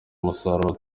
umusaruro